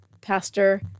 pastor